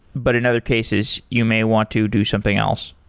but in other cases, you may want to do something else.